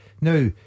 Now